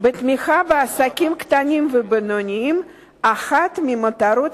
בתמיכה בעסקים קטנים ובינוניים אחת מהמטרות